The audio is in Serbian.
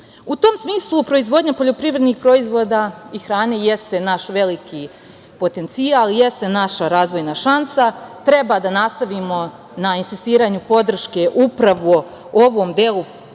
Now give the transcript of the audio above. tom smislu proizvodnja poljoprivrednih proizvoda i hrane jeste naš veliki potencijal, jeste naša razvojna šansa. Treba da nastavimo na insistiranju podrške upravo u ovom delu